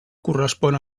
correspon